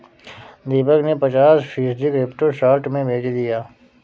दीपक ने पचास फीसद क्रिप्टो शॉर्ट में बेच दिया